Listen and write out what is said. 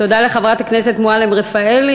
תודה לחברת הכנסת מועלם-רפאלי.